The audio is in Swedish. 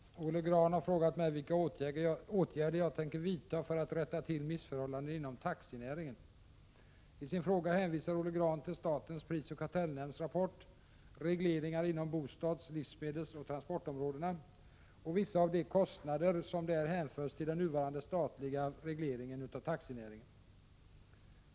Herr talman! Olle Grahn har frågat mig vilka åtgärder jag tänker vidta för att rätta till missförhållanden inom taxinäringen. I sin fråga hänvisar Olle Grahn till statens prisoch kartellnämnds rapport Regleringar inom bostads-, livsmedelsoch transportområdena och vissa av de kostnader som där hänförts till nuvarande statliga reglering av taxinäringen.